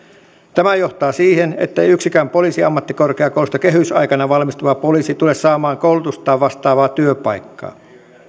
tämä johtaa siihen ettei yksikään poliisiammattikorkeakoulusta kehysaikana valmistuva poliisi tule saamaan koulutustaan vastaavaa työpaikkaa